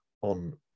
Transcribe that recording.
on